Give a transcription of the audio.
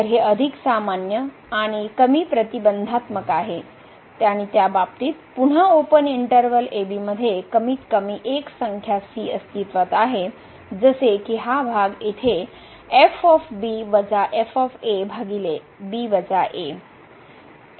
तर हे अधिक सामान्य आणि कमी प्रतिबंधात्मक आहे आणि त्या बाबतीत पुन्हा ओपन इंटर्वल ab मध्ये कमीत कमी एक संख्या c अस्तित्त्वात आहे जसे की हा भाग येथे एका c बिंदूवर डेरीवेटिव समान आहे